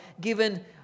Given